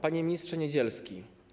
Panie Ministrze Niedzielski!